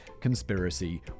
conspiracy